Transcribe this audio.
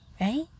Right